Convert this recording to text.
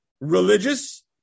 Religious